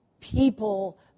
People